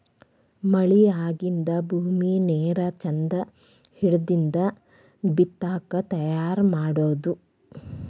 ಮಳಿ ಆಗಿಂದ ಭೂಮಿ ನೇರ ಚಂದ ಹಿಡದಿಂದ ಬಿತ್ತಾಕ ತಯಾರ ಮಾಡುದು